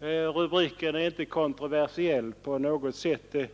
Jag förstår att rubriken inte på något sätt är